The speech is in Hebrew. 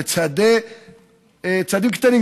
בצעדים קטנים,